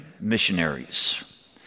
missionaries